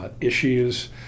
issues